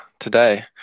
today